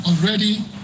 already